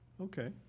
Okay